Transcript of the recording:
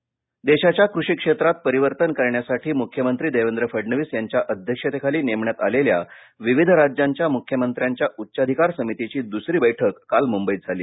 मख्यमंत्री देशाच्या कृषी क्षेत्रात परिवर्तन करण्यासाठी मुख्यमंत्री देवेंद्र फडणवीस यांच्या अध्यक्षतेखाली नेमण्यात आलेल्या विविध राज्यांच्या मुख्यमंत्र्यांच्या उच्चाधिकार समितीची दुसरी बैठक काल मुंबईत झाली